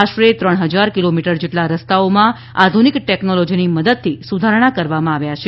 આશરે ત્રણ ફજાર કિલોમીટર જેટલા રસ્તાઓમાં આધુનિક ટેકનોલોજીની મદદથી સુધારણા કરવામાં આવી છે